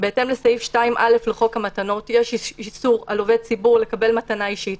בהתאם לסעיף 2(א) לחוק המתנות יש איסור על עובד ציבור לקבל מתנה אישית.